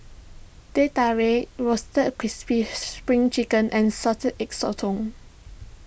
Teh Tarik Roasted Crispy Spring Chicken and Salted Egg Sotong